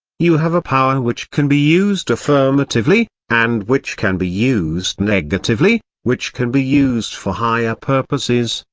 you have a power which can be used affirmatively, and which can be used negatively, which can be used for higher purposes,